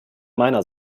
meiner